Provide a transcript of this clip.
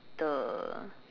the